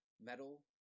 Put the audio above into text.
metal